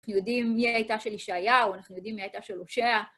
אנחנו יודעים מי הייתה של ישעיהו, מי הייתה של הושע.